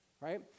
right